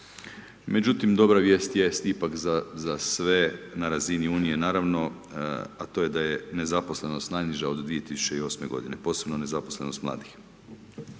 međutim dobra vijest jest ipak za sve na razini Unije, naravno, a to je da je nezaposlenost najniža od 2008. godine, posebno nezaposlenost mladih.